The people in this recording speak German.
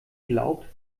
glaubt